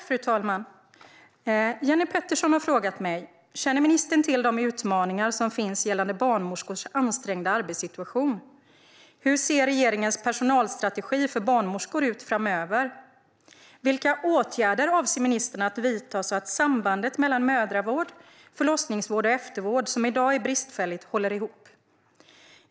Fru talman! Jenny Petersson har frågat mig: Känner ministern till de utmaningar som finns gällande barnmorskors ansträngda arbetssituation? Hur ser regeringens personalstrategi för barnmorskor ut framöver? Vilka åtgärder avser ministern att vidta så att sambandet mellan mödravård, förlossningsvård och eftervård, som i dag är bristfälligt, håller ihop?